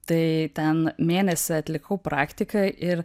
tai ten mėnesį atlikau praktiką ir